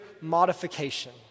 modification